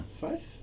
Five